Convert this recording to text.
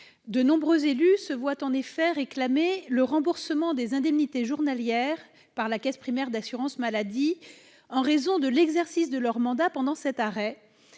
De nombreux élus se voient réclamer le remboursement des indemnités journalières par la caisse primaire d'assurance maladie, en raison de l'exercice de leur mandat pendant leur arrêt.